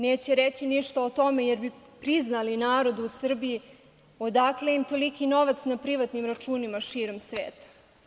Neće reći ništa o tome, jer bi priznali narodu u Srbiji odakle im toliki novac na privatnim računima širom sveta.